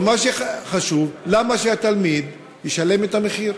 ומה שחשוב, למה שהתלמיד ישלם את המחיר?